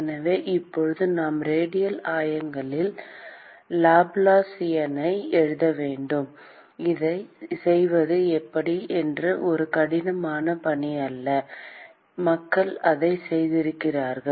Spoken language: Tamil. எனவே இப்போது நாம் ரேடியல் ஆயங்களில் லாப்லாசியனை எழுத வேண்டும் அதைச் செய்வது ஒரு கடினமான பணி அல்ல மக்கள் அதைச் செய்திருக்கிறார்கள்